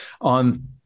on